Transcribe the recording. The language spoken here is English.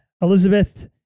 Elizabeth